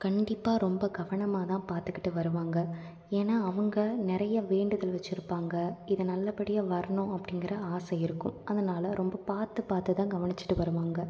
கண்டிப்பாக ரொம்ப கவனமாக தான் பார்த்துகிட்டு வருவாங்க ஏன்னால் அவங்க நிறையா வேண்டுதல் வச்சுருப்பாங்க இது நல்லபடியாக வரணும் அப்படிங்குற ஆசை இருக்கும் அதனால் ரொம்ப பார்த்து பார்த்து தான் கவனிச்சுட்டு வருவாங்க